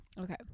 okay